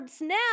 now